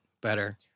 better